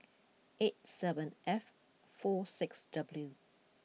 eight seven F four six W